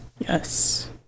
yes